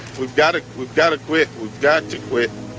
we've got to, we've got to quit, we've got to quit.